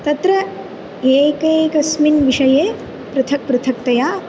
तत्र एकैकस्मिन् विषये पृथक् पृथक्तया